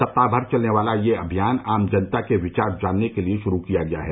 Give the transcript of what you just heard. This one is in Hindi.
सप्ताह भर चलने वाला यह अभियान आम जनता के विचार जानने के लिए शुरू किया गया है